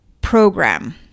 program